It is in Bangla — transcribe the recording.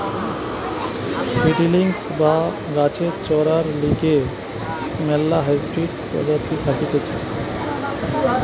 সিডিলিংস বা গাছের চরার লিগে ম্যালা হাইব্রিড প্রজাতি থাকতিছে